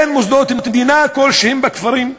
אין מוסדות מדינה כלשהם בכפרים.